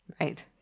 Right